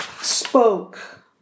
spoke